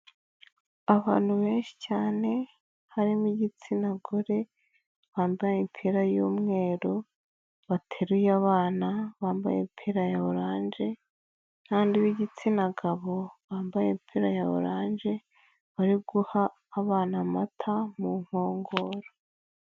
Abantu benshi cyane harimo igitsina gore bambaye imipira y'umweru, bateruye abana bambaye imipira ya orange, n'abandi b'igitsina gabo bambaye imipira ya orange bari guha abana amata mu nkongoro.